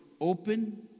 Open